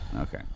Okay